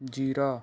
ਜੀਰਾ